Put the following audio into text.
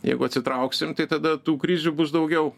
jeigu atsitrauksim tai tada tų krizių bus daugiau